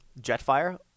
Jetfire